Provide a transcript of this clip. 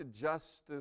justice